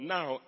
Now